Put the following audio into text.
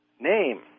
Name